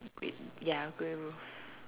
grey ya grey roof